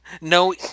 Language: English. No